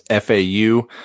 FAU